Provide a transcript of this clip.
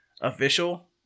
official